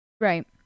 Right